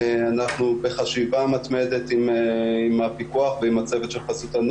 אנחנו חושבים ששלושה חודשים מספיקים.